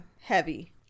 heavy